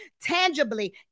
tangibly